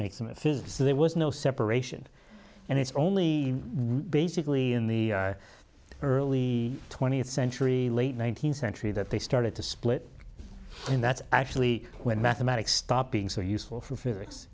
makes some of his there was no separation and it's only basically in the early twentieth century late nineteenth century that they started to split and that's actually when mathematics stop being so useful for physics